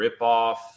ripoff